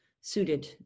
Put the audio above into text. suited